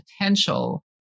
potential